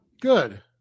Good